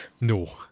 No